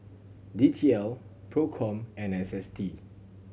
D T L Procom and S S T